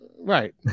Right